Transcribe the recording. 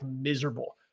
miserable